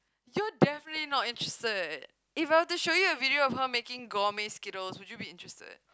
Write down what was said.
you're definitely not interested If I were to show you a video of her making gourmet Skittles would you be interested